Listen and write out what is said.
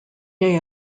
day